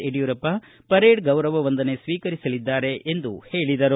ಯಡಿಯೂರಪ್ಪರ parade ಗೌರವ ವಂದನೆ ಸ್ವೀಕರಿಸಲಿದ್ದಾರೆ ಎಂದರು